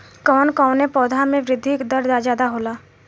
कवन कवने पौधा में वृद्धि दर ज्यादा होला?